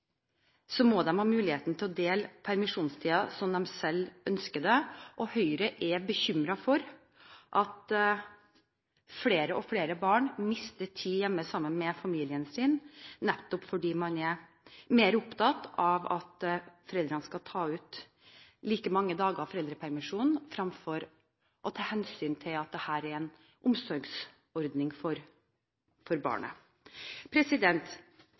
må de ha muligheten til å dele permisjonstiden som de selv ønsker. Høyre er bekymret for at flere og flere barn mister tid hjemme sammen med familien sin, nettopp fordi man er mer opptatt av at foreldrene skal ta ut like mange dager foreldrepermisjon fremfor å ta hensyn til at dette er en omsorgsordning for barnet.